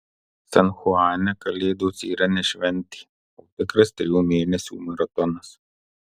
san chuane kalėdos yra ne šventė o tikras trijų mėnesių maratonas